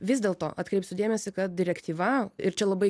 vis dėlto atkreipsiu dėmesį kad direktyva ir čia labai